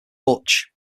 butch